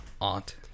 Aunt